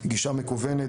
גישה מקוונת,